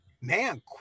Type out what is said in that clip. man